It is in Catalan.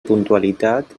puntualitat